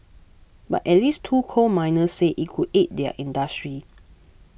but at least two coal miners say it could aid their industry